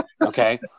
Okay